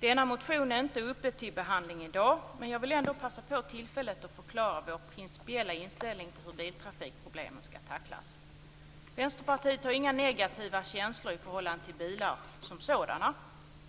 Denna motion är inte uppe till behandling i dag, men jag vill ändå passa på tillfället att förklara vår principiella inställning till hur biltrafikproblemen skall tacklas. Vänsterpartiet har inga negativa känslor i förhållande till bilar som sådana.